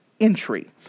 entry